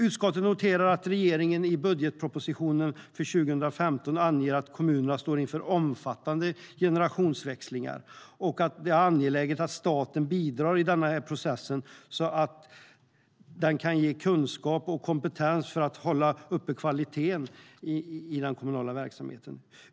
Utskottet noterar att regeringen i budgetpropositionen för 2015 anger att kommunerna står inför omfattande generationsväxling och att det är angeläget att staten bidrar i den processen, så att den kan ge kunskap och kompetens för att hålla uppe kvaliteten i den kommunala verksamheten.